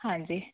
हाँ जी